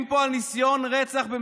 על ניסיון רצח יושבים פה,